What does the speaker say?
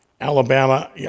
Alabama